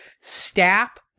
Stap